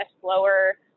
slower